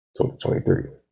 2023